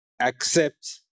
accept